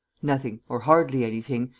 nothing, or hardly anything.